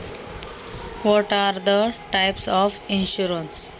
विम्याचे कोणकोणते प्रकार आहेत?